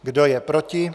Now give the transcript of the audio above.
Kdo je proti?